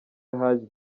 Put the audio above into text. hadji